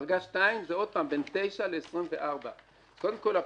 דרגה שתיים זה בין 24-9. קודם כל,